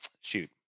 shoot